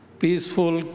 peaceful